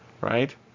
Right